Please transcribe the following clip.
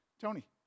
Tony